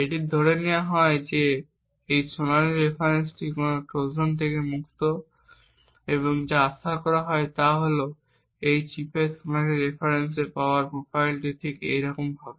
এটি ধরে নেওয়া হয় যে এই সোনালী রেফারেন্সটি কোনও ট্রোজান থেকে মুক্ত এবং যা আশা করা যায় তা হল এই চিপের সোনালী রেফারেন্সের পাওয়ার প্রোফাইলটি ঠিক একই রকম হবে